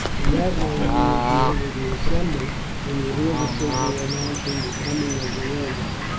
in that way you will be able to assemble when you hear the signal announcing the coming of the romans,